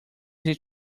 his